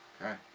Okay